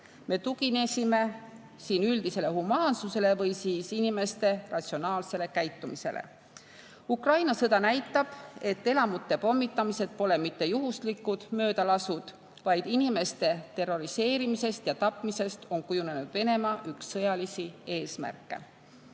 Me tuginesime üldisele humaansusele või inimeste ratsionaalsele käitumisele. Ukraina sõda näitab, et elamute pommitamised pole mitte juhuslikud möödalasud, vaid inimeste terroriseerimisest ja tapmisest on kujunenud Venemaa üks sõjalisi eesmärke. Peame